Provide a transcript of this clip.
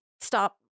stop